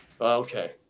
Okay